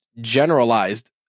generalized